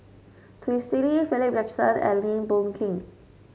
Twisstii Philip Jackson and Lim Boon Keng